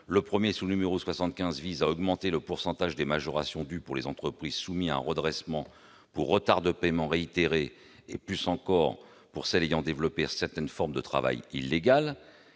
L'amendement n° 75 rectifié vise à augmenter le pourcentage des majorations dues pour les entreprises soumises à un redressement pour retard de paiement réitéré et plus encore pour celles qui ont développé certaines formes de travail illégal.